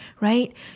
right